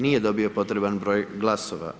Nije dobio potreban broj glasova.